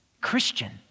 Christian